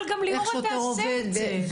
אבל גם ליאורה תעשה את זה.